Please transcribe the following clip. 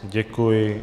Děkuji.